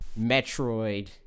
Metroid